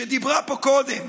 שדיברה פה קודם,